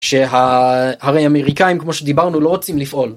שה..הרי אמריקאים, כמו שדיברנו, לא רוצים לפעול.